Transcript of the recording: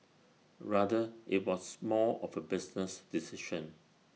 rather IT was more of A business decision